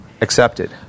Accepted